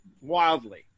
wildly